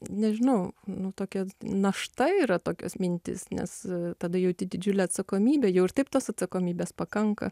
nežinau nu tokia našta yra tokios mintys nes tada jauti didžiulę atsakomybę jau ir taip tos atsakomybės pakanka